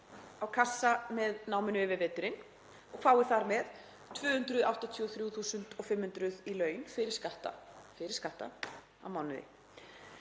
á kassa með náminu yfir veturinn og fái þar með 283.500 í laun fyrir skatta á mánuði.